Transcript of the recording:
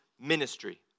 ministry